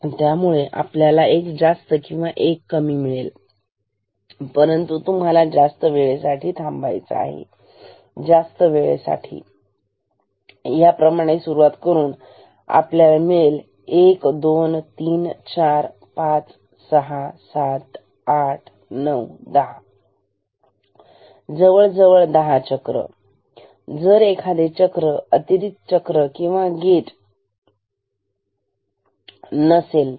त्यामुळे आपल्याला एक जास्त किंवा एक कमी मिळेल परंतु तुम्हाला जास्त वेळेसाठी थांबायचं आहे जास्त वेळेसाठी ह्याप्रमाणे इथून सुरुवात करून इथपर्यंत म्हणून आपल्याला मिळेल 1 2 3 4 5 6 7 8 9 10 जवळ जवळ दहा चक्र जर आपण एखादे अतिरिक्त चक्र किंवा गेट गमवले नसेल तर